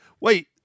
Wait